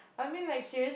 I mean like serious